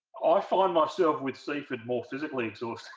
ah so and myself with seafood more physically